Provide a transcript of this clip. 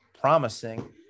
promising